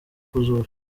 kuzura